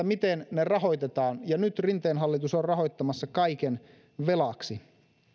miten ne rahoitetaan ja nyt rinteen hallitus on rahoittamassa kaiken velaksi